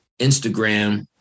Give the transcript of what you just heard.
Instagram